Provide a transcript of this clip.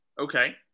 Okay